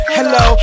Hello